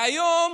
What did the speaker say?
והיום